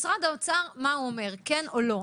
מה אומר משרד האוצר, כן או לא?